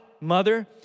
mother